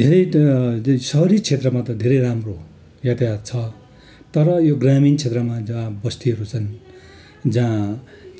धेरै सहरी क्षेत्रमा त धेरै राम्रो यातायात छ तर यो ग्रामीण क्षेत्रमा जहाँ बस्तीहरू छन् जहाँ